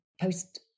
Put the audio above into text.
post